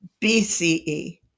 BCE